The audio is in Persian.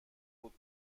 بود